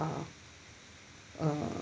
uh uh